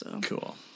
Cool